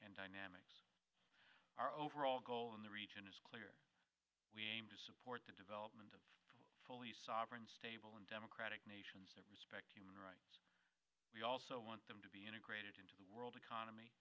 and dynamics our overall goal in the region is clear we aim to support the development of fully sovereign stable and democratic nations to respect human rights we also want them to be integrated into the world economy